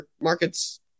markets